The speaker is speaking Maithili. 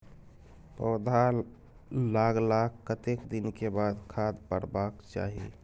पौधा लागलाक कतेक दिन के बाद खाद परबाक चाही?